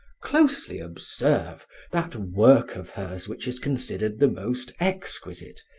closely observe that work of hers which is considered the most exquisite,